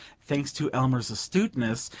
thanks to elmer's astuteness,